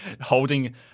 holding